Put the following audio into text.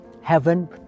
heaven